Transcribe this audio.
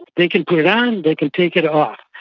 they can put it on, they can take it off.